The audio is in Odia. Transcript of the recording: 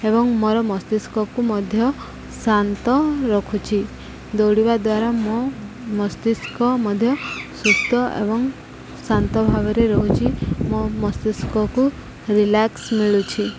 ଏବଂ ମୋର ମସ୍ତିଷ୍କକୁ ମଧ୍ୟ ଶାନ୍ତ ରଖୁଛି ଦୌଡ଼ିବା ଦ୍ୱାରା ମୋ ମସ୍ତିଷ୍କ ମଧ୍ୟ ସୁସ୍ଥ ଏବଂ ଶାନ୍ତ ଭାବରେ ରହୁଛି ମୋ ମସ୍ତିଷ୍କକୁ ରିଲାକ୍ସ ମିଳୁଛି